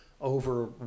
over